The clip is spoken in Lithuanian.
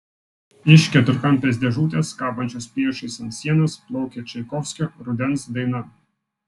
iš keturkampės dėžutės kabančios priešais ant sienos plaukė čaikovskio rudens daina